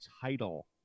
title